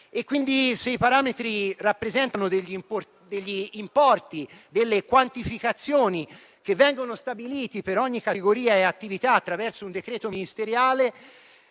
se i parametri rappresentano importi e quantificazioni stabiliti per ogni categoria e attività attraverso un decreto ministeriale,